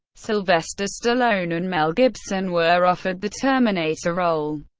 sylvester stallone and mel gibson were offered the terminator role,